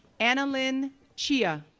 annalyn chia,